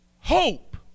hope